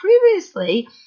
previously